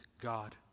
God